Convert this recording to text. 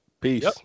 Peace